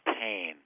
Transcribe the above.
pain